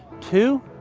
two.